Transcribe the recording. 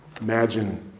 Imagine